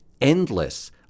endless